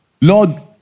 Lord